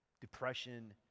Depression